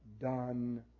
done